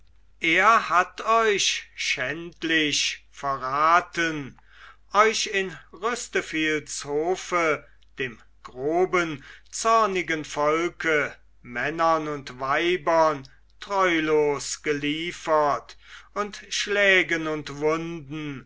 er hat euch schändlich verraten euch in rüsteviels hofe dem groben zornigen volke männern und weibern treulos geliefert und schlägen und wunden